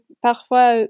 parfois